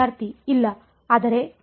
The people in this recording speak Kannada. ವಿದ್ಯಾರ್ಥಿ ಇಲ್ಲ ಆದರೆ